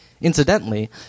Incidentally